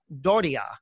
Doria